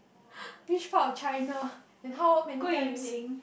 which part of China and how many times